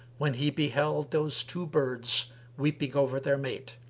when he beheld those two birds weeping over their mate.